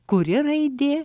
kuri raidė